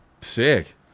sick